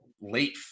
late